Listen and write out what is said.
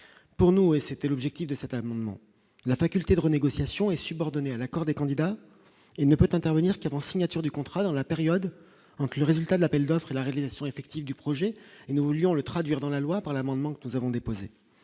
pour nous et c'était l'objectif de cet amendement, la faculté de renégociation est subordonnée à l'accord des candidats et ne peut intervenir qu'avant : signature du contrat dans la période, donc le résultat de l'appel d'offres, la réalisation effective du projet et nous voulions le traduire dans la loi par l'amendement que nous avons déposée